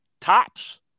tops